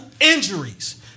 injuries